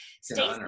Stacey